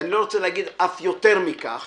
ואני לא רוצה להגיד אף יותר מכך